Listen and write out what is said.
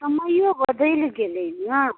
समयो बदलि गेलै ने